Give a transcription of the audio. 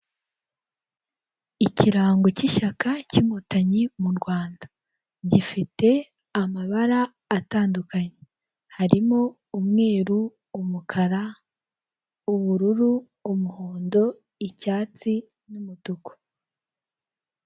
Ikirango cy'ishyaka cy'inkotanyi mu Rwanda gifite amabara atandukanye harimo; umweru, umukara, ubururu, umuhondo, icyatsi n'umutuku.